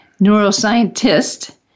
neuroscientist